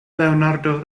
leonardo